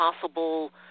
possible